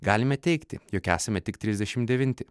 galime teigti jog esame tik trisdešimt devinti